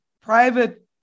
private